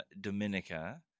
Dominica